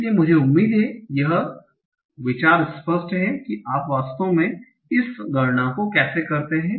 लेकिन मुझे उम्मीद है कि यह विचार स्पष्ट है कि आप वास्तव में इस गणना को कैसे करते हैं